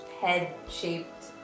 head-shaped